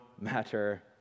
matter